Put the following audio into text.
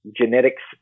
genetics